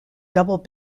double